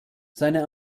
seine